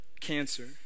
cancer